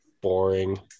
boring